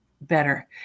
better